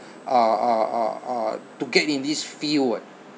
uh uh uh uh to get in this field [what]